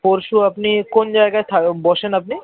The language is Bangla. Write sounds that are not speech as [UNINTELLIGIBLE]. পরশু আপনি কোন জায়গায় [UNINTELLIGIBLE] বসেন আপনি